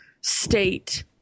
state